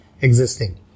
existing